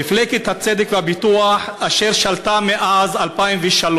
מפלגת הצדק והפיתוח, אשר שלטה מאז 2003,